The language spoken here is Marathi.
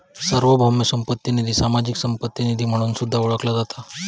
सार्वभौम संपत्ती निधी, सामाजिक संपत्ती निधी म्हणून सुद्धा ओळखला जाता